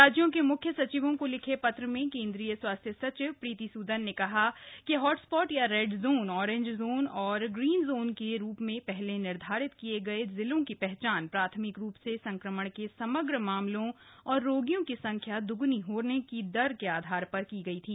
राज्यों के मुख्य सचिवों को लिखे पत्र में केंद्रीय स्वास्थ्य सचिव प्रीति सूदन ने कहा कि हॉटस्पॉट या रेड जोन ओरेंज जोन और ग्रीन जोन के रूप में पहले निर्धारित किए गए जिलों की पहचान प्राथमिक रूप से संक्रमण के समग्र मामलों और रोगियों की संख्या द्ग्नी होने की दर के आधार पर की गई थी